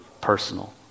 personal